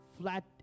flat